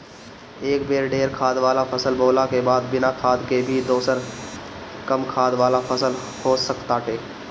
एक बेर ढेर खाद वाला फसल बोअला के बाद बिना खाद के भी दोसर कम खाद वाला फसल हो सकताटे